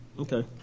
Okay